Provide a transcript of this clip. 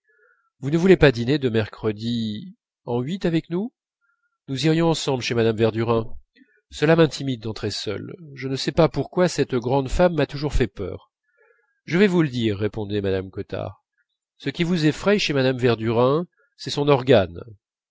vous ne voulez pas dîner de mercredi en huit avec nous nous irons ensemble chez mme verdurin cela m'intimide d'entrer seule je ne sais pas pourquoi cette grande femme m'a toujours fait peur je vais vous le dire répondait mme cottard ce qui vous effraye chez mme verdurin c'est son organe